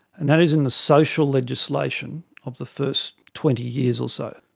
and that is in the social legislation of the first twenty years or so.